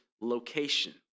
location